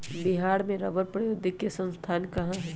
बिहार में रबड़ प्रौद्योगिकी के संस्थान कहाँ हई?